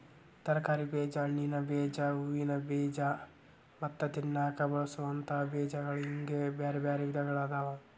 ತರಕಾರಿ ಬೇಜ, ಹಣ್ಣಿನ ಬೇಜ, ಹೂವಿನ ಬೇಜ ಮತ್ತ ತಿನ್ನಾಕ ಬಳಸೋವಂತ ಬೇಜಗಳು ಹಿಂಗ್ ಬ್ಯಾರ್ಬ್ಯಾರೇ ವಿಧಗಳಾದವ